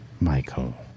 Michael